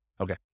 Okay